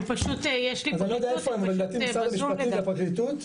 הם פשוט ב־zoom לדעתי.